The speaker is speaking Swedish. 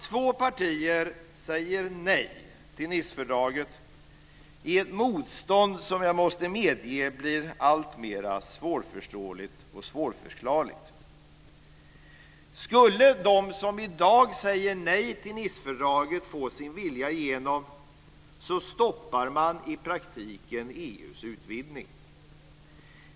Två partier säger nej till Nicefördraget, i ett motstånd som jag måste medge blir alltmera svårförståeligt och svårförklarligt. Skulle de som i dag säger nej till Nicefördraget få sin vilja igenom stoppar man i praktiken EU:s utvidgning.